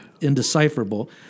Indecipherable